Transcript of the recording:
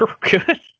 good